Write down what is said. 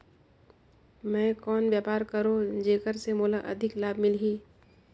मैं कौन व्यापार करो जेकर से मोला अधिक लाभ मिलही?